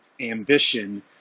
ambition